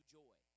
joy